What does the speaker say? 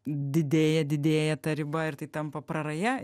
didėja didėja ta riba ir tai tampa praraja